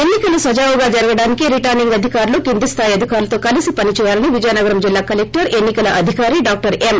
ఎన్సికలు సజావుగా జరగడానికి రిటర్సింగ్ అధికారులు కింది స్థాయి అధికారులతో కలీసి పని చెయ్యాలని విజయనగరం జిల్లా కలెక్షర్ ఎన్ని కల అధికారి డాక్షర్ ఎం